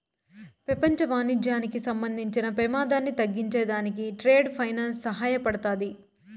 పెపంచ వాణిజ్యానికి సంబంధించిన పెమాదాన్ని తగ్గించే దానికి ట్రేడ్ ఫైనాన్స్ సహాయపడతాది